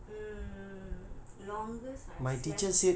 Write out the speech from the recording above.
mm longest I've slept